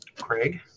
Craig